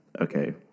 okay